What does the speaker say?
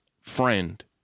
friend